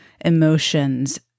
emotions